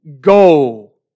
go